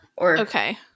Okay